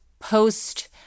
post